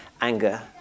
anger